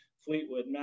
Fleetwood